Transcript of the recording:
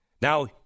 Now